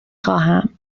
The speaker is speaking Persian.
خواهم